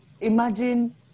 imagine